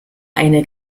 eine